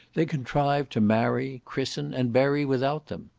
they contrive to marry, christen, and bury without them.